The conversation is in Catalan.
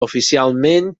oficialment